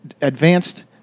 advanced